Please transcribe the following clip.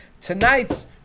Tonight's